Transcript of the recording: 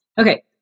Okay